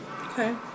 Okay